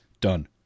Done